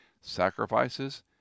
sacrifices